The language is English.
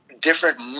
Different